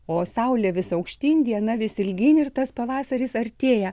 o saulė vis aukštyn diena vis ilgyn ir tas pavasaris artėja